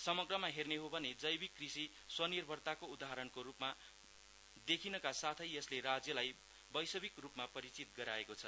समग्रमा हेर्ने हो भने जैविक कृषि स्वनिर्भरताको उदाहरणको रूपमा देखिनका साथै यसले राज्यलाई वैश्विक रूपमा परिचित गराएको छ